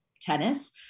tennis